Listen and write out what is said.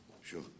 Sure